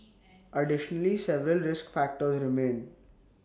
additionally several risk factors remain